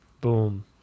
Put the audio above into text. Boom